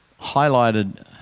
highlighted